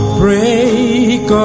break